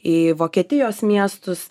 į vokietijos miestus